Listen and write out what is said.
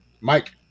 Mike